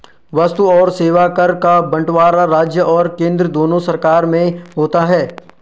वस्तु और सेवा कर का बंटवारा राज्य और केंद्र दोनों सरकार में होता है